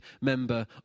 member